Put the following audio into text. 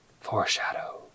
Foreshadow